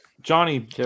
Johnny